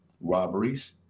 robberies